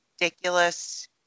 ridiculous